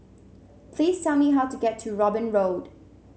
please tell me how to get to Robin Road